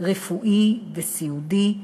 רפואי וסיעודי,